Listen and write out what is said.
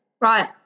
Right